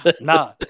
Nah